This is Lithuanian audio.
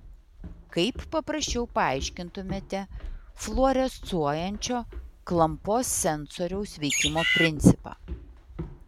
kaip paprasčiau paaiškintumėte fluorescuojančio klampos sensoriaus veikimo principą